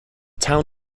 town